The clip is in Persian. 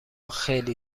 خیلی